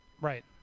Right